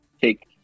take